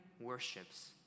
worships